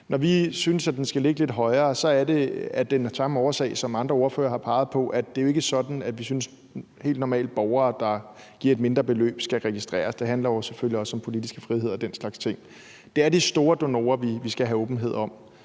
Når vi synes, den skal ligge lidt højere, er det af den samme årsag, som andre ordførere har peget på, nemlig at det jo ikke er sådan, at vi synes, at helt normale borgere, der giver et mindre beløb, skal registreres. Det handler selvfølgelig også om politisk frihed og den slags ting. Det er de store donorer, vi skal have åbenhed om.